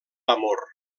amor